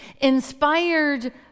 inspired